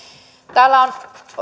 täällä on